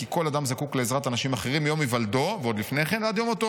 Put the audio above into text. כי כל אדם זקוק לעזרת אנשים אחרים מיום היוולדו (ועוד לפני כך)